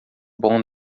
bom